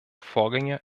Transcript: vorgänge